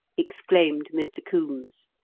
exclaimed mr. coombes.